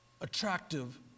attractive